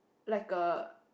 like a